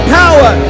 power